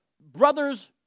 brother's